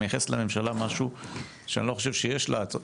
את מייחסת לממשלה משהו שאני לא חושב שיש לה,